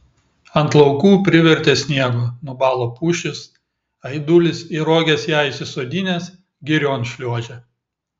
ant laukų privertė sniego nubalo pušys aidulis į roges ją įsisodinęs girion šliuožė